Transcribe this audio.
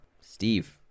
Steve